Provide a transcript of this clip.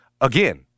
again